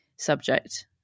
subject